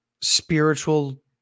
spiritual